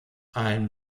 ein